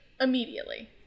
immediately